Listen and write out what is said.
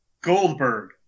Goldberg